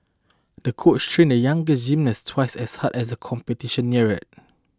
the coach trained the younger gymnast twice as hard as the competition neared